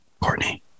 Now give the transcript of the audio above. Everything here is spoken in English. Courtney